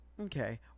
okay